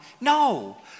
No